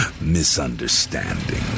misunderstanding